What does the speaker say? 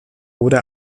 wurde